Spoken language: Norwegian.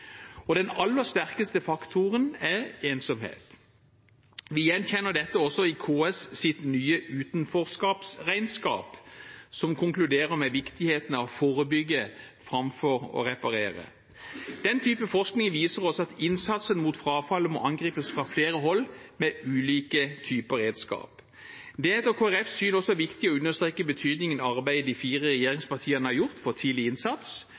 Den aller sterkeste faktoren er ensomhet. Vi gjenkjenner dette også i KS’ nye Utenfor-regnskap, som konkluderer med viktigheten av å forebygge framfor å reparere. Den type forskning viser oss at innsatsen mot frafallet må angripes fra flere hold, med ulike typer redskap. Det er etter Kristelig Folkepartis syn også viktig å understreke betydningen av arbeidet de fire regjeringspartiene har gjort for tidlig innsats,